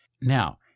Now